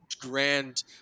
grand